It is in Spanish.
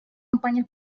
campañas